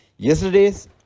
Yesterday's